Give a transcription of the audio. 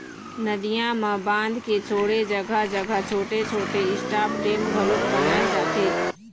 नदियां म बांध के छोड़े जघा जघा छोटे छोटे स्टॉप डेम घलोक बनाए जाथे